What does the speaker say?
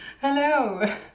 Hello